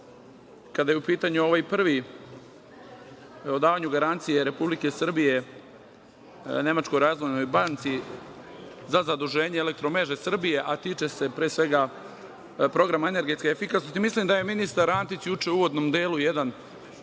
kada je u pitanju ovaj prvi, o davanju garancije Republike Srbije Nemačkoj Razvojnoj banci za zaduženje Elektromreže Srbije, a tiče se pre svega programa energetske efikasnosti. Mislim da je ministar Antić juče u uvodnom delu izneo